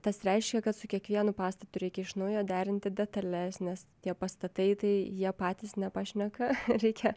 tas reiškia kad su kiekvienu pastatu reikia iš naujo derinti detales nes tie pastatai tai jie patys nepašneka reikia